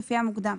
לפי המוקדם.